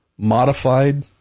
Modified